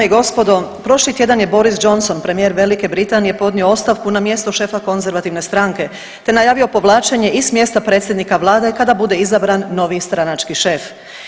gospodo, prošli tjedan je Boris Johnson, premijer Velike Britanije, podnio ostavku na mjesto šefa konzervativne stranke, te najavio povlačenje i s mjesta predsjednika vlade kada bude izabran novi stranački šef.